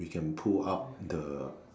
we can pull up the